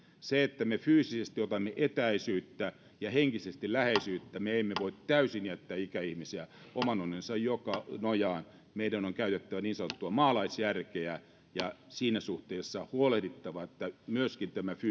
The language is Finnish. huolimatta että me fyysisesti otamme etäisyyttä ja henkisesti läheisyyttä me emme voi jättää ikäihmisiä täysin oman onnensa nojaan meidän on käytettävä niin sanottua maalaisjärkeä ja siinä suhteessa huolehdittava että myöskin tämä